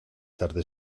tarde